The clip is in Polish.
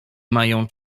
mają